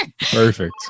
Perfect